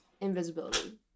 invisibility